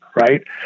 right